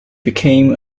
became